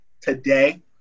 today